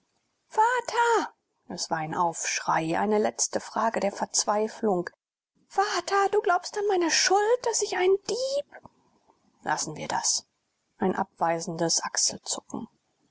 vater es war ein aufschrei eine letzte frage der verzweiflung vater du glaubst an meine schuld daß ich ein dieb lassen wir das ein abweisendes achselzucken